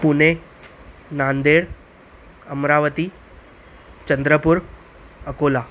Pune Nanded Amravati Chandrapur Akola